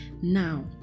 Now